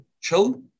chill